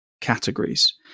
categories